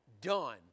done